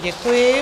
Děkuji.